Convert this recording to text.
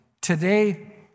Today